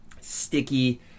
sticky